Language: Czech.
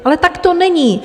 Ale tak to není!